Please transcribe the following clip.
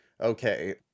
okay